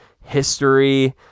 history